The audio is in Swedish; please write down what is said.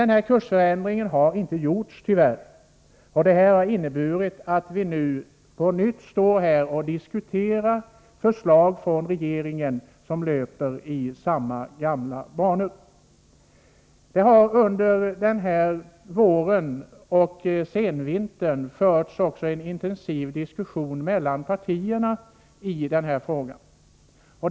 Någon kursförändring har tyvärr inte gjorts, och det innebär att vi nu på nytt står här och diskuterar förslag från regeringen som löper i samma gamla banor. Under senvintern och våren har en intensiv diskussion om de familjepolitiska frågorna förts också mellan partierna.